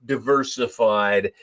Diversified